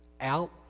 out